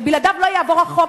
בלעדיו לא יעבור החוק,